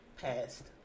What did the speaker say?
Passed